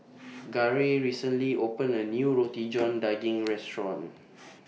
Garey recently opened A New Roti John Daging Restaurant